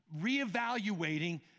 reevaluating